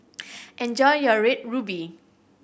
enjoy your Red Ruby